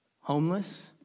homeless